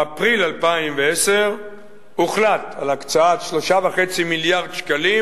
באפריל 2010 הוחלט על הקצאת 3.5 מיליארד שקלים,